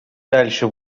дальше